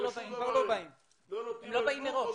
הם לא באים מראש.